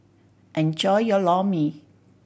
enjoy your Lor Mee